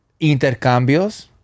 intercambios